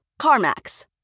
CarMax